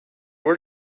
were